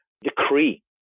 decree